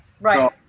Right